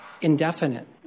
indefinite